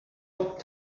what